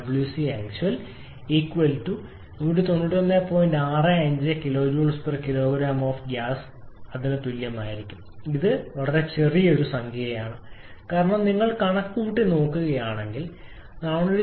65 kJkg of gas ഇത് ഒരു ചെറിയ സംഖ്യയാണ് കാരണം നിങ്ങൾ കണക്കുകൂട്ടൽ നോക്കുകയാണെങ്കിൽ 497